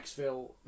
Maxville